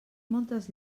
moltes